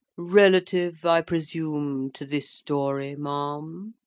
relative, i presume, to this story, ma'am?